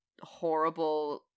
horrible